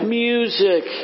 music